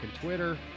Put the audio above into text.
Twitter